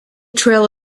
trail